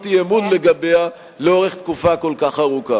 אי-אמון לגביה לאורך תקופה כל כך ארוכה.